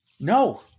No